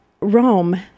Rome